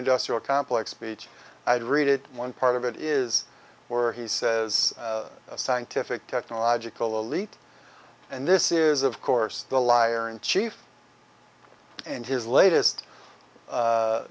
industrial complex speech i'd read it one part of it is where he says scientific technological elite and this is of course the liar in chief and his latest